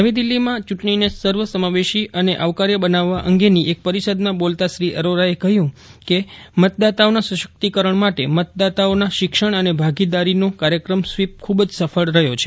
નવી દિલ્હીમાં ચ્રૂંટણીને સર્વ સમાવેશી અને આવકાર્ય બનાવવા અંગેની એક પરિષદમાં બોલતાં શ્રી અરોરાએ કહ્યું કે મતદાતાઓના સશક્તિકરણ માટે મતદાતાઓના શિક્ષણ અને ભાગીદારીનો કાર્યક્રમ સ્વીપ ખૂબ જ સફળ રહ્યો છે